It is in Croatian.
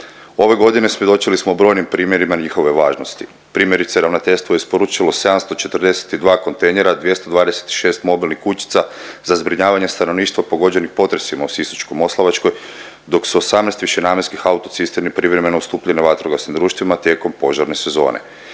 Ove godine svjedočili smo brojnim primjerima njihove važnosti. Primjerice Ravnateljstvo je isporučilo 742 kontejnera, 226 mobilnih kućica za zbrinjavanje stanovništva pogođenih potresima u Sisačko-moslavačkoj dok su 18 višenamjenskih autocisterni privremeno ustupljene vatrogasnim društvima tijekom požarne sezone.